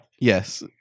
yes